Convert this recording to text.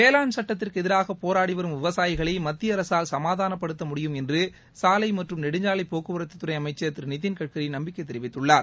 வேளாண் சுட்டத்திற்கு எதிராக போராடி வரும் விவசாயிகளை மத்திய அரசால் சமாதானப்படுத்த முடியும் என்று சாலை மற்றும் நெடுஞ்சாலை போக்குவரத்துத்துறை அமைச்சர் திரு நிதின் கட்கரி நம்பிக்கை தெரிவித்துள்ளார்